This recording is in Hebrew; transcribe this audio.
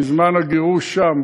בזמן הגירוש שם,